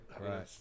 Right